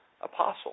apostle